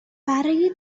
برای